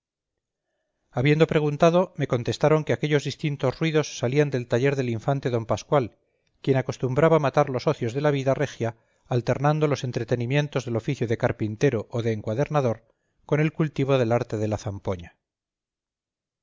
habiendo preguntado me contestaron que aquellos distintos ruidos salían del taller del infante d pascual quien acostumbraba matar los ocios de la vida regia alternando los entretenimientos del oficio de carpintero o de encuadernador con el cultivo del arte de la